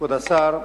כבוד השר,